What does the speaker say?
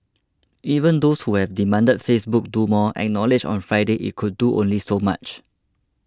even those who have demanded Facebook do more acknowledged on Friday it could do only so much